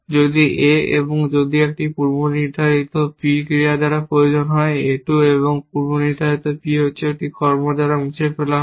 সুতরাং যদি a যদি একটি পূর্বনির্ধারিত P ক্রিয়া দ্বারা প্রয়োজন হয় a 2 এবং পূর্বনির্ধারিত P হচ্ছে একটি 1 কর্ম দ্বারা মুছে ফেলা হয়